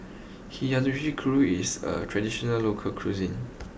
Hiyashi Chuka is a traditional local cuisine